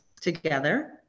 together